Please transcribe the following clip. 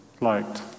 liked